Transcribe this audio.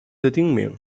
的町名